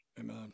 Amen